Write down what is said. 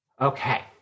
Okay